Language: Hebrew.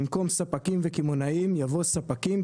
במקום "ספקים וקמעונאים" יבוא "ספקים,